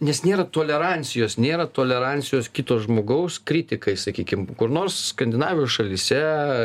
nes nėra tolerancijos nėra tolerancijos kito žmogaus kritikai sakykim kur nors skandinavijos šalyse